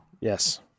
Yes